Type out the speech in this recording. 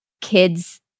kids